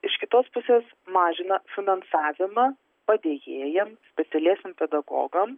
iš kitos pusės mažina finansavimą padėjėjam specialiesiem pedagogam